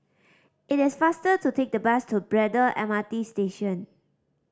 it is faster to take the bus to Braddell M R T Station